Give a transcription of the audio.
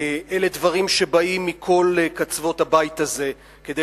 אלה דברים שבאים מכל קצוות הבית הזה כדי